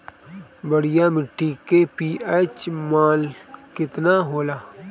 बढ़िया माटी के पी.एच मान केतना होला?